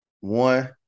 One